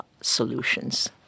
solutions